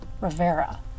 Rivera